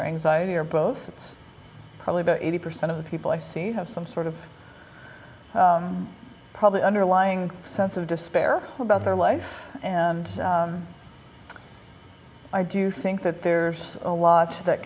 or anxiety or both it's probably about eighty percent of the people i see have some sort of probably underlying sense of despair about their life and i do think that there's a lot that